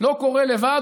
לא קורה לבד.